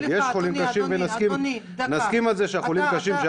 יש חולים קשים ונסכים על זה שהחולים הקשים,